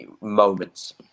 Moments